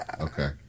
Okay